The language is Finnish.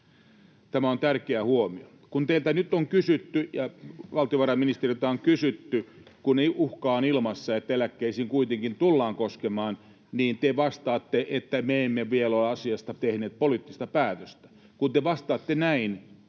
Tämä on tärkeä huomio. Kun teiltä nyt on kysytty ja valtiovarainministeriöltä on kysytty, kun on uhkaa ilmassa, että eläkkeisiin kuitenkin tullaan koskemaan, niin te vastaatte, että me emme vielä ole asiasta tehneet poliittista päätöstä. Kun te vastaatte näin,